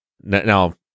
Now